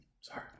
Sorry